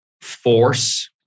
force